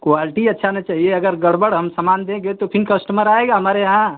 quality अच्छा ना चाहिए अगर गड़बड़ हम समान देंगे तो फिर कस्टमर आएगा हमारे यहाँ